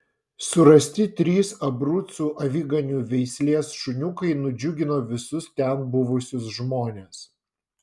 surasti trys abrucų aviganių veislės šuniukai nudžiugino visus ten buvusius žmones